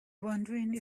wondering